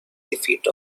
defeat